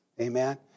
Amen